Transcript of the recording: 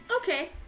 Okay